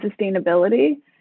sustainability